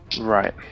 Right